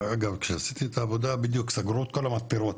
אגב כשעשיתי את העבודה בדיוק סגרו את כל המתפרות